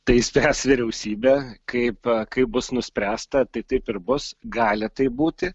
tai spręs vyriausybė kaip kaip bus nuspręsta tai taip ir bus gali taip būti